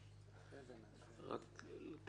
בבקשה.